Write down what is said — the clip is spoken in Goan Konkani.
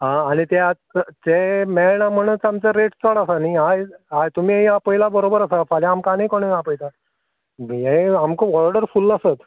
आ आनी ते आतां ते मेळना म्हणच आमचो रेट चड आसा न्ही आयज आ तुमी आपयला बरोबर आसा फाल्यां आमकां आनी कोण आपयता भियें आमकां ऑडर फुल्ल आसात